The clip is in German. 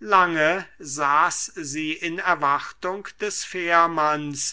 lange saß sie in erwartung des fährmanns